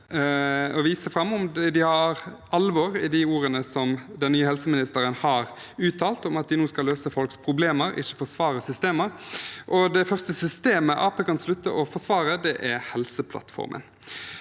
å vise om det er alvor i de ordene som den nye helseministeren har uttalt, om at de nå skal løse folks problemer, ikke forsvare systemer. Det første systemet Arbeiderpartiet kan slutte å forsvare, er Helseplattformen.